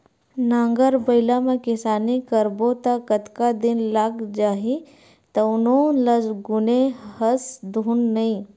नांगर बइला म किसानी करबो त कतका दिन लाग जही तउनो ल गुने हस धुन नइ